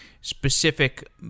specific